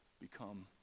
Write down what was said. become